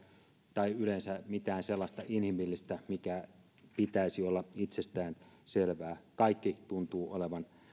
tai yleensä mitään sellaista inhimillistä minkä pitäisi olla itsestäänselvää kaikki tuntuu olevan